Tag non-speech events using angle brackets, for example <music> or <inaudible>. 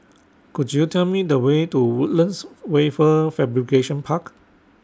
<noise> Could YOU Tell Me The Way to Woodlands Wafer Fabrication Park